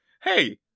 hey-